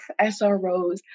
SROs